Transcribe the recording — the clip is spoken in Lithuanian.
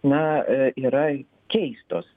na yra keistos